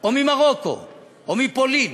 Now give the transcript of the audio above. או ממרוקו או מפולין.